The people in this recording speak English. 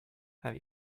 have